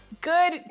good